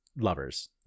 lovers